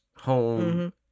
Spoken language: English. home